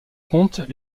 compte